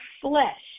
flesh